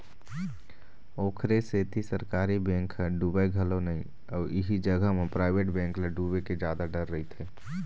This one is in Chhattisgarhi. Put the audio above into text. ओखरे सेती सरकारी बेंक ह डुबय घलोक नइ अउ इही जगा म पराइवेट बेंक ल डुबे के जादा डर रहिथे